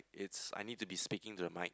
it's I need to be speaking to the mic